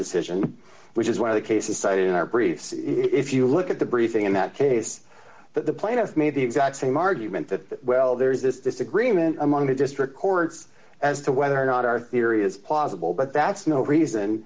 decision which is one of the cases cited in our briefs if you look at the briefing in that case that the plaintiff made the exact same argument that well there is this disagreement among the district courts as to whether or not our theory is possible but that's no reason